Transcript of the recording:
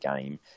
game